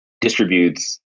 distributes